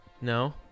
No